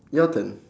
your turn